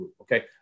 Okay